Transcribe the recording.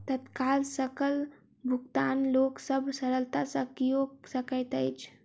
तत्काल सकल भुगतान लोक सभ सरलता सॅ कअ सकैत अछि